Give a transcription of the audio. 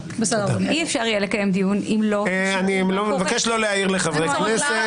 אי אפשר יהיה לקיים דיון אם --- אני מבקש לא להעיר לחברי כנסת.